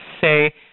say